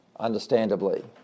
understandably